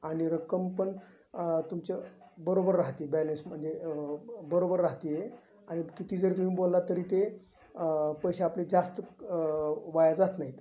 आणि रक्कम पण तुमच्या बरोबर राहते बॅलेन्स म्हणजे बरोबर राहाते आहे आणि किती जरी तुम्ही बोलला तरी ते पैसे आपले जास्त वाया जात नाहीत